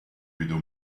video